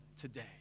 today